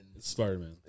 Spider-Man